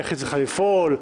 איך היא צריכה לפעול,